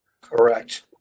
Correct